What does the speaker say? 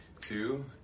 two